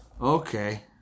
Okay